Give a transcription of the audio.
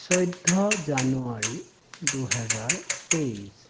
চৈধ্য জানুৱাৰী দুহেজাৰ তেইছ